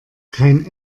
kein